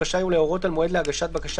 רשאי הוא להורות על מועד להגשת בקשה